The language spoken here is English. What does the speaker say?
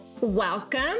Welcome